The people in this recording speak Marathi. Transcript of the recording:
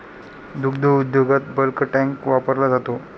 दुग्ध उद्योगात बल्क टँक वापरला जातो